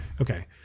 okay